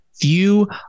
view